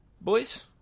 Boys